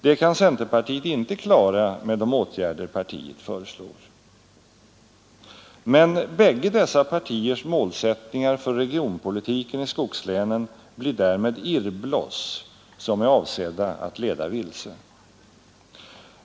Det kan centerpartiet inte klara med de åtgärder partiet föreslår. Men bägge dessa partiers målsättningar för regionpolitiken i skogslänen blir därmed irrbloss, som är avsedda att leda vilse.